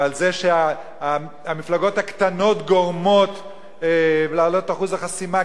ועל זה שהמפלגות הקטנות גורמות להעלאת אחוז החסימה,